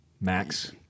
Max